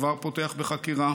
כבר פותחת בחקירה.